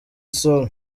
sol